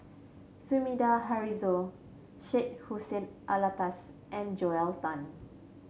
Sumida Haruzo Syed Hussein Alatas and Joel Tan